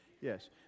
Yes